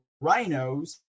rhinos